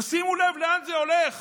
תשימו לב לאן זה הולך.